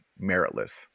meritless